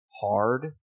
hard